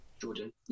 jordan